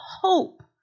hope